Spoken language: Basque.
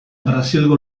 brasilgo